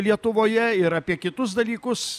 lietuvoje ir apie kitus dalykus